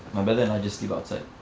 my brother and I just sleep outside